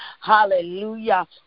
hallelujah